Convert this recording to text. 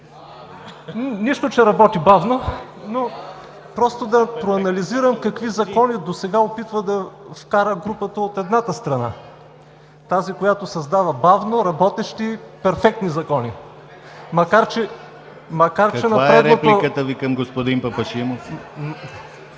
Нищо, че работи бавно, но просто да проанализирам какви закони досега опитва да вкара групата от едната страна – тази, която създава бавно работещи, перфектни закони. Макар че… ПРЕДСЕДАТЕЛ ДИМИТЪР